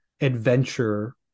adventure